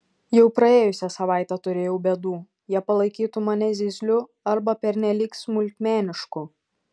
jau praėjusią savaitę turėjau bėdų jie palaikytų mane zyzliu arba pernelyg smulkmenišku